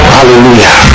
Hallelujah